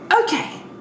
okay